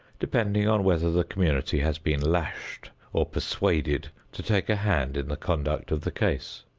depending on whether the community has been lashed or persuaded to take a hand in the conduct of the case.